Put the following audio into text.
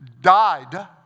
died